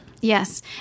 Yes